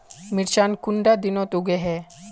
मिर्चान कुंडा दिनोत उगैहे?